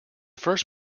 first